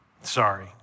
sorry